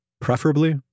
preferably